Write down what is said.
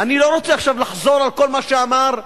אני לא רוצה עכשיו לחזור על כל מה שאמר דגן.